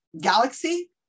galaxy